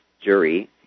jury